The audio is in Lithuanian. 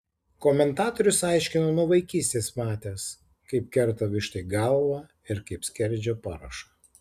komentatorius aiškino nuo vaikystės matęs kaip kerta vištai galvą ir kaip skerdžia paršą